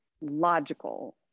logical